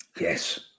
Yes